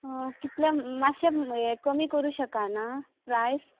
कितले मात्शे हे कमी करूं शकाना प्रायस